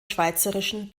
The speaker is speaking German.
schweizerischen